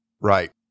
Right